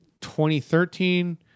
2013